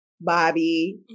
Bobby